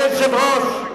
אדוני היושב-ראש,